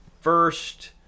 first